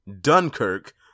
Dunkirk